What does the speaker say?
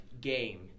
game